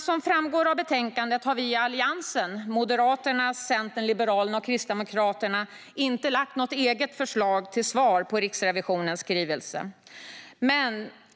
Som framgår av betänkandet har vi i Alliansen - Moderaterna, Centern, Liberalerna och Kristdemokraterna - inte lagt fram något eget förslag till svar på Riksrevisionens skrivelse.